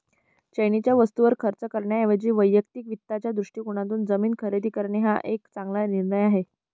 चैनीच्या वस्तूंवर खर्च करण्याऐवजी वैयक्तिक वित्ताच्या दृष्टिकोनातून जमीन खरेदी करणे हा एक चांगला निर्णय आहे